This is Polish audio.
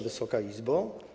Wysoka Izbo!